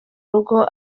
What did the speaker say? rugo